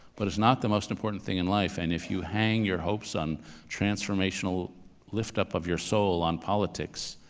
but it's not the most important thing in life and if you hang your hopes on transformational lift-up of your soul on politics,